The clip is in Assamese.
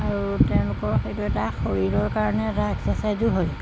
আৰু তেওঁলোকৰ সেইটো এটা শৰীৰৰ কাৰণে এটা এক্সচাৰচাইজো হয়